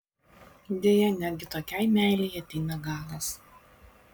deja netgi tokiai meilei ateina galas